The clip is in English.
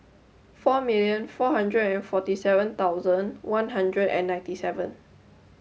four million four hundred and forty seven thousand one hundred and ninety seven